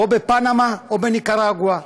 או בפנמה או בניקרגואה,